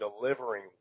delivering